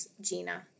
Gina